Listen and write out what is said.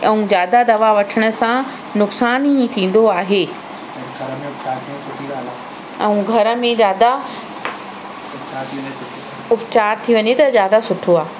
ऐं ज़्यादा दवा वठण सां नुक़सान ई थींदो आहे ऐं घर में ज़्यादा उपचारु थी वञे त ज़्यादा सुठो आहे